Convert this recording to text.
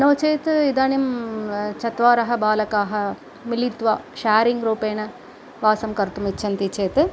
नो चेत् इदानीं चत्वारः बालकाः मिलित्वा शारिङ् रूपेण वासं कर्तुं इच्छन्ति चेत्